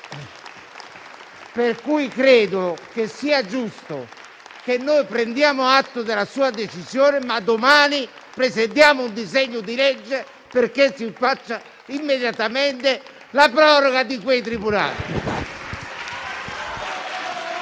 Pertanto, è giusto che prendiamo atto della sua decisione, ma domani presenteremo un disegno di legge perché si faccia immediatamente la proroga di quei tribunali.